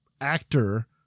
actor